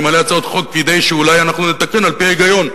אני מעלה הצעות חוק כדי שאולי אנחנו נתקן על-פי ההיגיון.